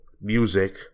music